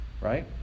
right